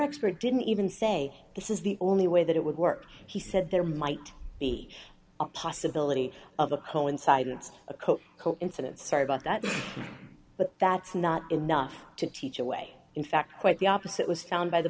expert didn't even say this is the only way that it would work he said there might be a possibility of a hole inside it's a coat incident sorry about that but that's not enough to teach away in fact quite the opposite was found by the